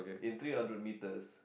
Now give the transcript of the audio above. in three hundred metres